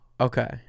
Okay